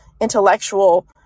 intellectual